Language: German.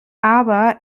aber